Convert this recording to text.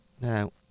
now